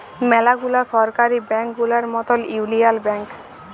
ম্যালা গুলা সরকারি ব্যাংক গুলার মতল ইউলিয়াল ব্যাংক